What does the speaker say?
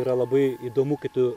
yra labai įdomu kai tu